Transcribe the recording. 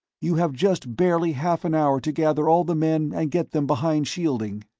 you have just barely half an hour to gather all the men and get them behind shielding.